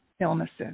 illnesses